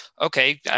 Okay